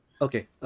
Okay